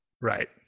Right